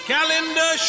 Calendar